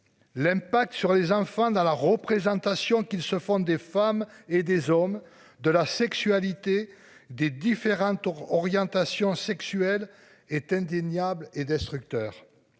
L'impact sur les enfants dans la représentation qu'ils se font des femmes et des hommes de la sexualité des différentes orientations sexuelles est indéniable et destructeur